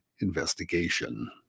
investigation